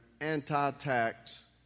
anti-tax